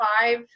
five